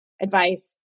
advice